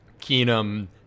Keenum